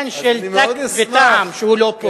זה עניין של טקט וטעם שהוא לא פה.